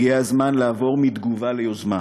הגיע הזמן לעבור מתגובה ליוזמה,